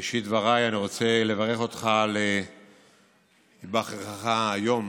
בראשית דבריי אני רוצה לברך אותך על היבחרך היום